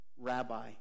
Rabbi